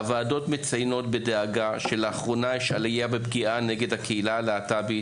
הוועדות מציינות בדאגה שלאחרונה יש עלייה בפגיעה נגד הקהילה הלהט"בית.